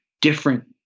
different